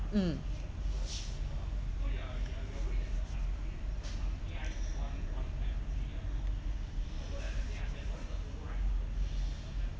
mm